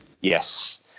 yes